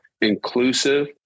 inclusive